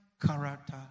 character